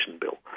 Bill